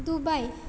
Dubai